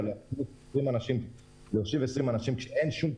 להושיב כמות קבועה של אנשים במסעדה בלי